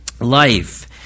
life